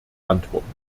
antworten